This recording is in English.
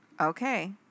Okay